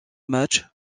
match